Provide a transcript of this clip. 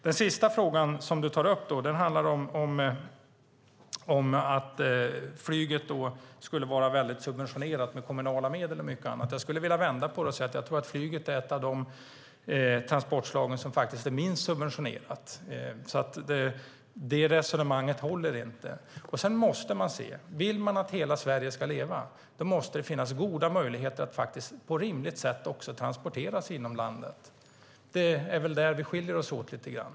Den sista frågan handlar om att flyget skulle vara väldigt subventionerat med kommunala medel och annat. Jag skulle vilja vända på det och säga att jag tror att flyget är ett av de transportslag som är minst subventionerade. Ditt resonemang håller inte. Vill man att hela Sverige ska leva måste det finns goda möjligheter att transportera sig inom landet på ett rimligt sätt. Det är väl där vi skiljer oss åt lite grann.